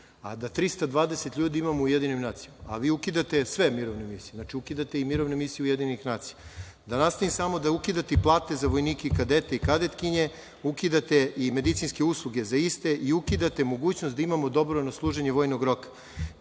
a da 320 ljudi imamo u UN, a vi ukidate sve mirovne misije, znači, ukidate i mirovne misije UN. Da nastavim samo da ukidate i plate za vojnike i kadete i kadetkinje, ukidate i medicinske usluge za iste i ukidate mogućnost da imamo dobrovoljno služenje vojnog roka.